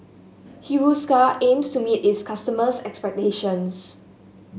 Hiruscar aims to meet its customers' expectations